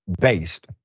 based